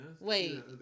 Wait